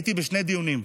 הייתי בשני דיונים,